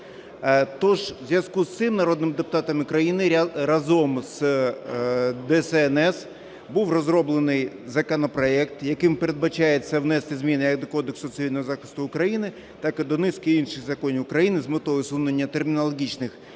Тож в зв'язку із цим народним депутатами України разом з ДСНС був розроблений законопроект, яким передбачається внесення змін як до Кодексу цивільного захисту України, так і до низки інших законів України з метою усунення термінологічних